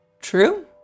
True